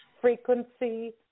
frequency